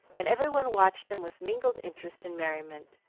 and every one watched them with mingled interest and merriment,